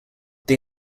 they